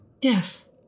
Yes